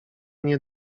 nie